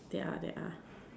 there are there are